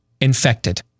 infected